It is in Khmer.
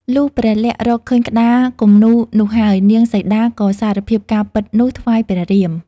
លុះព្រះលក្សណ៍រកឃើញក្តារគំនូរនោះហើយ នាងសីតាក៏សារភាពការពិតនោះថ្វាយព្រះរាម។